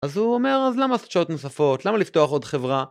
אז הוא אומר אז למה לעשות שעות נוספות? למה לפתוח עוד חברה?